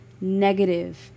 negative